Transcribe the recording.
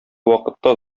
вакытта